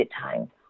time